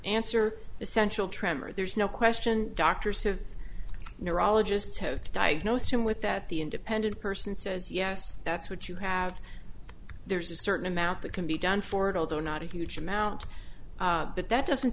answer essential tremor there's no question doctors have neurologists have diagnosed him with that the independent person says yes that's what you have there's a certain amount that can be done for it although not a huge amount but that doesn't